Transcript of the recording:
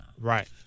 Right